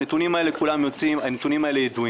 הנתונים האלה ידועים.